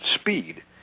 speed